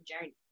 journey